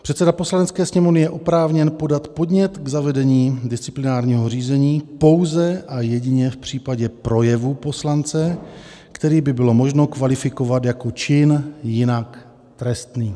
Předseda Poslanecké sněmovny je oprávněn podat podnět k zavedení disciplinárního řízení pouze a jedině v případě projevu poslance, který by bylo možno kvalifikovat jako čin jinak trestný.